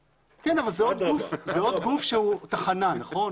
כן, אבל זה עוד גוף שהוא תחנה, נכון?